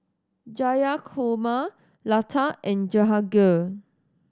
Jayakumar Lata and Jehangirr